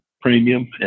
premium